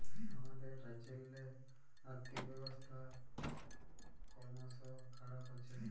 আমাদের রাজ্যেল্লে আথ্থিক ব্যবস্থা করমশ খারাপ হছে